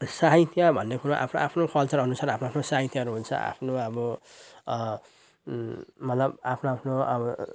साहित्य भन्ने कुरो आफ्नो आफ्नो कल्चर अनुसार आफ्नो आफ्नो साहित्यहरू हुन्छ आफ्नो अब मतलब आफ्नो आफ्नो अब